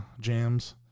jams